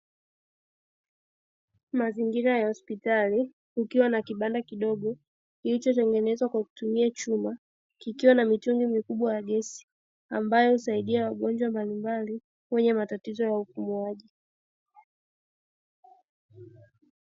Mazingira ya hospitali, kukiwa na kibanda kidogo kilichotengenezwa kwa kutumia chuma, kikiwa na mitungi mikubwa ya gesi, ambayo husaidia wagonjwa mbalimbali wenye matatizo ya upumuaji.